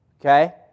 Okay